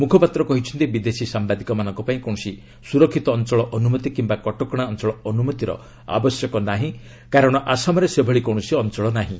ମୁଖପାତ୍ର କହିଛନ୍ତି ବିଦେଶୀ ସାମ୍ଭାଦିକମାନଙ୍କ ପାଇଁ କୌଣସି ସୁରକ୍ଷିତ ଅଞ୍ଚଳ ଅନ୍ତମତି କିମ୍ବା କଟକଣା ଅଞ୍ଚଳ ଅନ୍ତମତିର ଆବଶ୍ୟକ ନାହିଁ କାରଣ ଆସାମରେ ସେଭଳି କୌଣସି ଅଞ୍ଚଳ ନାହିଁ